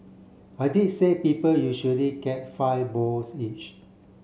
I did say people usually get five bowls each